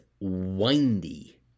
windy